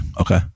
Okay